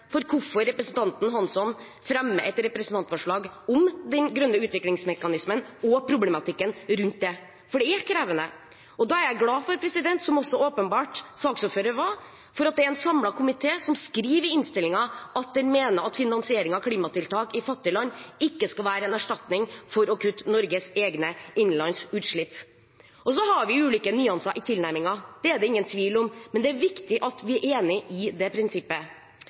for hvorfor representanten Hansson fremmer et representantforslag om den grønne utviklingsmekanismen og problematikken rundt det, for det er krevende. Da er jeg glad for, som også åpenbart saksordføreren var, at en samlet komité skriver i innstillingen at den mener at finansieringen av klimatiltak i fattige land ikke skal være en erstatning for å kutte Norges egne innenlandske utslipp. Så har vi ulike nyanser i tilnærmingen, det er det ingen tvil om, men det er viktig at vi er enige i det prinsippet.